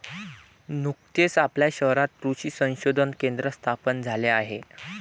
नुकतेच आपल्या शहरात कृषी संशोधन केंद्र स्थापन झाले आहे